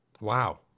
Wow